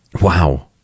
Wow